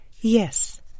Yes